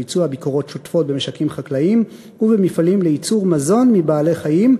ביצוע ביקורות שוטפות במשקים חקלאיים ובמפעלים לייצור מזון מבעלי-חיים,